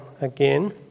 again